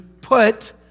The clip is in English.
put